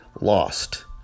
lost